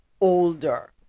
older